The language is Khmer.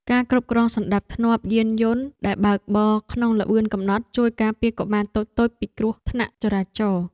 ការគ្រប់គ្រងសណ្តាប់ធ្នាប់យានយន្តដែលបើកបរក្នុងល្បឿនកំណត់ជួយការពារកុមារតូចៗពីគ្រោះថ្នាក់ចរាចរណ៍។